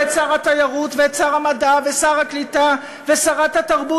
ואת שר התיירות ואת שר המדע ושר הקליטה ושרת התרבות